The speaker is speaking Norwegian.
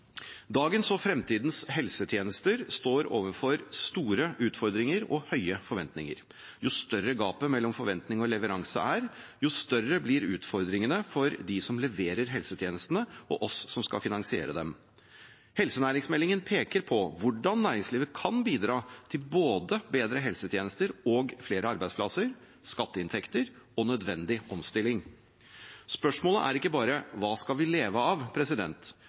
Dagens og fremtidens helsetjenester står overfor store utfordringer og høye forventninger. Jo større gapet mellom forventning og leveranse er, jo større blir utfordringene for dem som leverer helsetjenestene, og for oss som skal finansiere dem. Helsenæringsmeldingen peker på hvordan næringslivet kan bidra til både bedre helsetjenester og flere arbeidsplasser, skatteinntekter og nødvendig omstilling. Men spørsmålet er ikke bare hva vi skal leve av. Det er mange spørsmål: Hvor lenge skal vi leve?